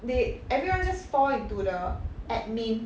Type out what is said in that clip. they everyone just fall into the admin